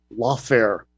lawfare